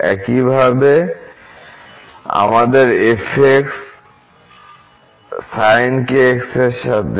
একইভাবে আমাদেরf আছে sin এর সাথে